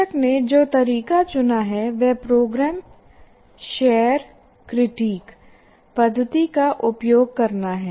शिक्षक ने जो तरीका चुना है वह प्रोग्राम शेयर क्रिटिक पद्धति का उपयोग करना है